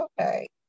okay